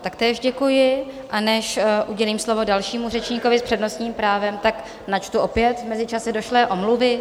Taktéž děkuji, a než udělím slovo dalšímu řečníkovi s přednostním právem, načtu opět v mezičase došlé omluvy.